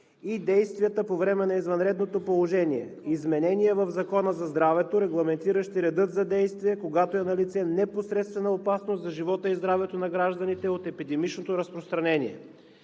и действията по време на извънредното положение, изменения в Закона за здравето, регламентиращи реда за действие, когато е налице непосредствена опасност за живота и здравето на гражданите от епидемичното разпространение.